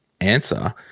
answer